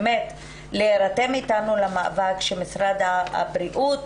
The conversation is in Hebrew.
באמת להירתם איתנו למאבק של משרד הבריאות,